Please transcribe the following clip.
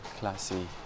classy